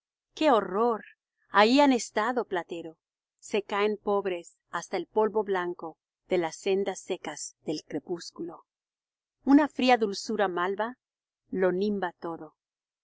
qué horror ahí han estado platero se caen pobres hasta el polvo blanco de las sendas secas del crepúsculo una fría dulzura malva lo nimba todo